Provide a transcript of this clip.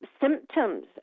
symptoms